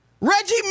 Reggie